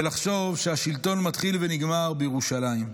ולחשוב שהשלטון מתחיל ונגמר בירושלים.